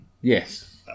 Yes